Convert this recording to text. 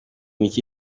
mike